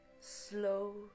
slow